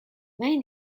main